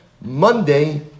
Monday